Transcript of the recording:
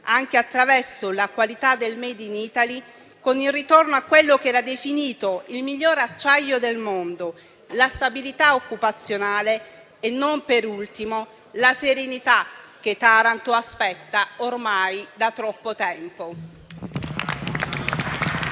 anche attraverso la qualità del *made in Italy*, con il ritorno a quello che era definito il migliore acciaio del mondo, la stabilità occupazionale e, non per ultimo, la serenità che Taranto aspetta ormai da troppo tempo.